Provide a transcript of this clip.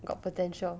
got potential